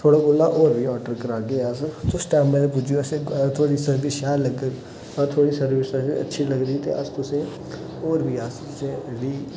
थुआढ़े कोला होर बी आर्डर करागे अस तुस टैमे ते पुज्जी जाएयो असेंगी थुआढ़ी सर्विस शैल लग्गग अगर थुआढ़ी सर्विस असेंगी अच्छी लगदी ते अस तुसेंगी होर बी अस तुसेंगी